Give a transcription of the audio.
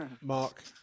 Mark